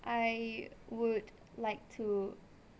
I would like to